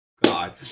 God